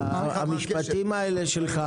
המשפטים האלה שלך